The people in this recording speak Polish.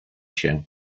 się